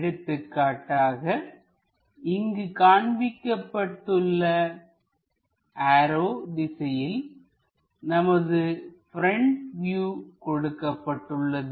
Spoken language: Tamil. எடுத்துக்காட்டாக இங்கு காண்பிக்கப்பட்டுள்ள ஆரோ திசையில் நமது ப்ரெண்ட் வியூ கொடுக்கப்பட்டுள்ளது